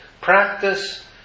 practice